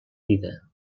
vida